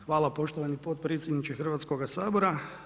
Hvala poštovani potpredsjedniče Hrvatskog sabora.